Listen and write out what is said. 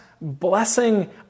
blessing